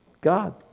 God